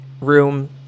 room